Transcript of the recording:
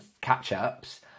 catch-ups